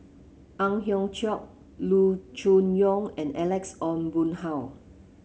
Ang Hiong Chiok Loo Choon Yong and Alex Ong Boon Hau